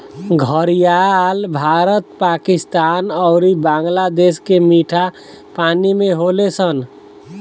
घड़ियाल भारत, पाकिस्तान अउरी बांग्लादेश के मीठा पानी में होले सन